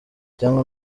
cyangwa